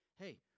hey